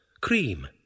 cream